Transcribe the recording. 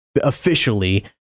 officially